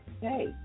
hey